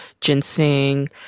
ginseng